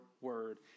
word